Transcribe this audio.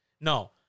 No